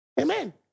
Amen